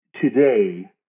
today